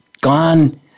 gone